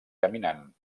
caminant